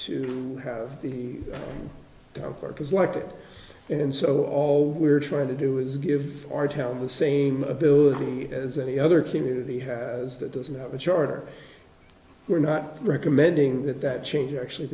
that and so all we're trying to do is give our town the same ability as any other community has that doesn't have a charter we're not recommending that that change actually